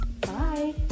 Bye